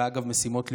ואגב משימות לאומיות,